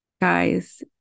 Guys